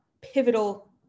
pivotal